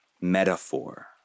metaphor